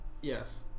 Yes